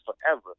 forever